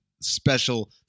Special